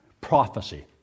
prophecy